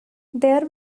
there